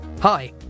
Hi